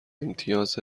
امتیاز